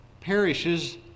perishes